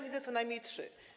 Widzę co najmniej trzy.